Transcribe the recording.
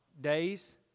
days